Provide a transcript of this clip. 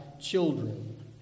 children